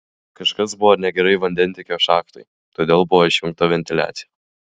kažkas buvo negerai vandentiekio šachtai todėl buvo išjungta ventiliacija